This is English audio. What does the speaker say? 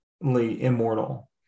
immortal